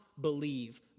believe